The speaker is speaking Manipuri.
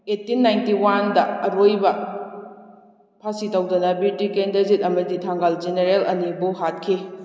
ꯑꯩꯠꯇꯤꯟ ꯅꯥꯏꯟꯇꯤ ꯋꯥꯟꯗ ꯑꯔꯣꯏꯕ ꯐꯥꯔꯁꯤ ꯇꯧꯗꯅ ꯕꯤꯔ ꯇꯤꯀꯦꯟꯗ꯭ꯔꯖꯤꯠ ꯑꯃꯗꯤ ꯊꯥꯡꯒꯥꯜ ꯖꯦꯅꯦꯔꯦꯜ ꯑꯅꯤꯕꯨ ꯍꯥꯠꯈꯤ